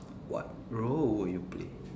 what role would you play